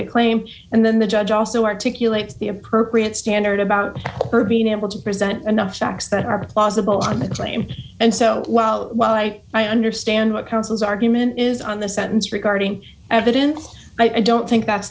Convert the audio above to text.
a claim and then the judge also articulate the appropriate standard about her being able to present enough facts that are closetful on the claim and so while why i understand what counsel's argument is on the sentence regarding evidence i don't think that's